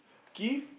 give